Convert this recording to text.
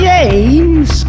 James